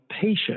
patient